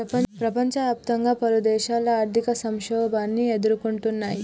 ప్రపంచవ్యాప్తంగా పలుదేశాలు ఆర్థిక సంక్షోభాన్ని ఎదుర్కొంటున్నయ్